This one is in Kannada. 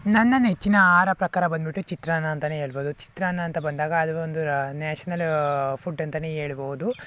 ನನ್ನ ನೆಚ್ಚಿನ ಆಹಾರ ಪ್ರಕಾರ ಬಂದ್ಬಿಟ್ಟು ಚಿತ್ರಾನ್ನ ಅಂತಲೇ ಹೇಳ್ಬೋದು ಚಿತ್ರಾನ್ನ ಅಂತ ಬಂದಾಗ ಅದು ಒಂದು ನ್ಯಾಷನಲ್ ಫುಡ್ ಅಂತಲೇ ಹೇಳ್ಬೋದು